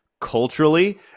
culturally